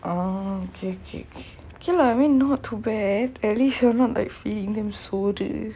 orh K K K okay lah I mean not too bad at least you're not like feeding soru